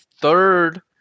third